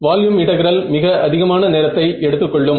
volume integral மிக அதிகமான நேரத்தை எடுத்துக்கொள்ளும்